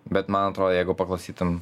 bet man atrodo jeigu paklausytum